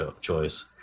choice